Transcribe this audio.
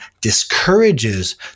discourages